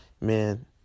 Man